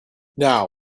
now